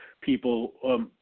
people